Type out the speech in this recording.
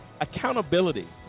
accountability